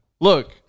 look